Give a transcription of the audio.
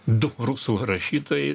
du rusų rašytojai